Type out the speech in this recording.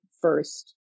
first